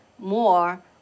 more